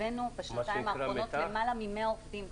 הבאנו בשנתיים האחרונות למעלה מ-100 עובדים,